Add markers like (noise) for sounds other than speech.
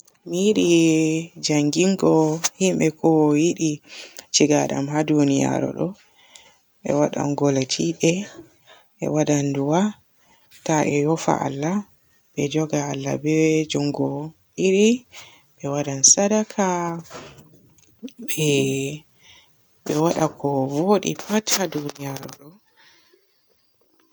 Mi yiɗi njanngingo himɓe ko yiɗi cigadam haa duniyaru ɗo. Be waadan goletibe, be waadan du'a, ta e yoofa Allah. Be jooga Allah be joongo didi, be waadan (noise) saadaka. Be be waada ko voodi pat haa duniyaru ɗo.